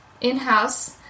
in-house